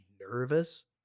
nervous